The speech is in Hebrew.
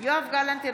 יואב גלנט,